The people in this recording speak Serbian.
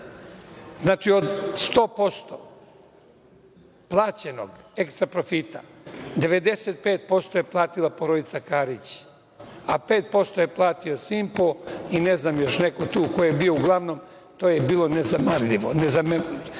Znači, od 100% plaćenog ekstra profita, 95% je platila porodica Karić, a 5% je platio „Simpo“ i, ne znam, još neko tu ko je bio. Uglavnom, to je bilo zanemarljivo.